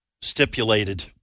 stipulated